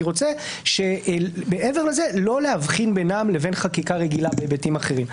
רוצה מעבר לזה לא להבחין בינם לבין חקיקה רגילה בהיבטים אחרים.